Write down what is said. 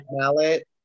palette